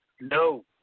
No